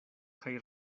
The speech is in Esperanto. kaj